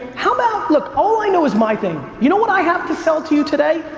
how about look, all i know is my thing. you know what i have to sell to you today?